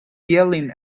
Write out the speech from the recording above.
yelling